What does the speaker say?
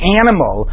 animal